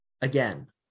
again